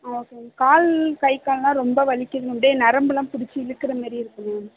ஆ okay ma'am கால் கை காலெலாம் ரொம்ப வலிக்குது மேம் அப்படியே நரம்பெலாம் பிடிச்சி இழுக்கிற மாரியே இருக்குது மேம்